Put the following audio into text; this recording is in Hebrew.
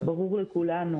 ברור לכולנו